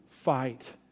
Fight